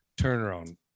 turnaround